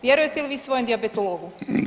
Vjerujte li vi svom dijabetologu?